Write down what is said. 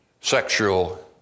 Sexual